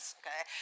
okay